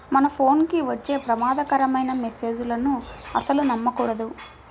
మన ఫోన్ కి వచ్చే ప్రమాదకరమైన మెస్సేజులను అస్సలు నమ్మకూడదు